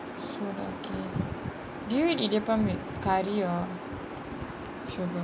சூடாக்கி:soodaki do you eat idiyappam and curry or sugar